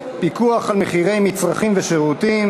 פיקוח על מחירי מצרכים ושירותים